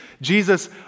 Jesus